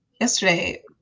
yesterday